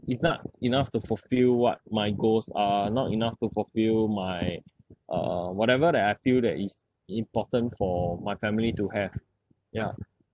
it's not enough to fulfil what my goals are not enough to fulfil my uh whatever that I feel that it's important for my family to have ya